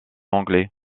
anglais